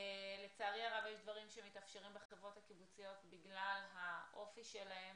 לצערי הרב יש דברים שמתאפשרים בחברות הקיבוציות בגלל האופי שלהן